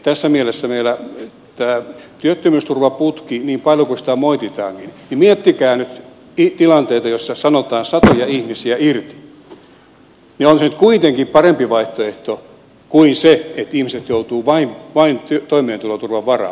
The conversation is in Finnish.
tässä mielessä meillä tämä työttömyysturvaputki niin paljon kuin sitä moititaankin miettikää nyt tilanteita joissa sanotaan satoja ihmisiä irti on nyt kuitenkin parempi vaihtoehto kuin se että ihmiset joutuvat vain toimeentuloturvan varaan